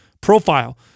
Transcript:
profile